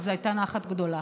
וזו הייתה נחת גדולה.